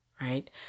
right